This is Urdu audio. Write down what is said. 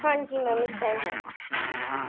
ہاں جی میم اِس ٹائم ہیں